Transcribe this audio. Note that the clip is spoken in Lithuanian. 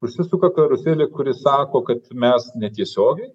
užsisuka karuselė kuri sako kad mes ne tiesiogiai